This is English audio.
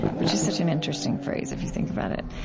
which is such an interesting phrase, if you think about it.